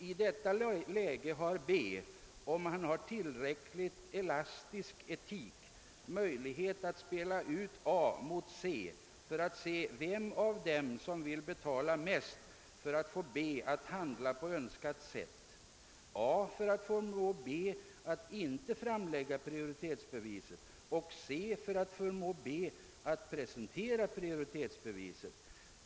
I detta läge har B, om han har tillräckligt elastisk etik, möjlighet att spela ut A mot C för att se vem av dem som vill betala mest för att få B att handla på önskat sätt — A för att förmå B att icke framlägga prioritetsbeviset och C för att förmå B att presentera prioritetsbeviset.